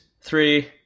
Three